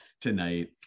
tonight